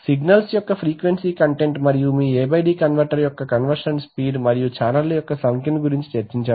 signals యొక్క frequency content మరియు మీ AD కన్వర్టర్ యొక్క కన్వర్షన్ స్పీడ్ మరియు ఛానెళ్ల యొక్క సంఖ్యను గురించి చర్చించాము